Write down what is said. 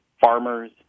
farmers